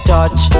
Touch